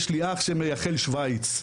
יש לי אח שמייחל לעצמו למות בשווייץ,